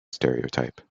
stereotype